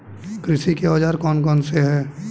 कृषि के औजार कौन कौन से हैं?